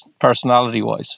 personality-wise